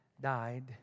died